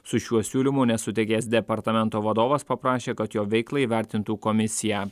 su šiuo siūlymu nesutikęs departamento vadovas paprašė kad jo veiklą įvertintų komisija